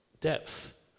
depth